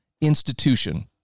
institution